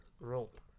rope